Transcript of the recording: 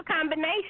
combination